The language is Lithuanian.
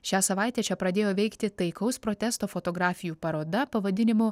šią savaitę čia pradėjo veikti taikaus protesto fotografijų paroda pavadinimu